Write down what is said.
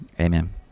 amen